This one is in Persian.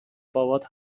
بابات